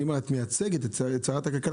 אם את מייצגת את שרת הכלכלה,